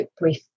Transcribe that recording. brief